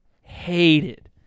hated